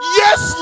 yes